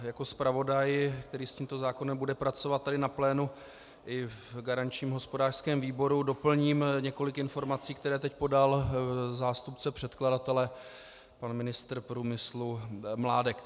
Jako zpravodaj, který s tímto zákonem bude pracovat tady na plénu i v garančním hospodářském výboru, doplním několik informací, které teď podal zástupce předkladatele pan ministr průmyslu Mládek.